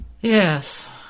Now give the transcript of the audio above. Yes